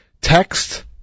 Text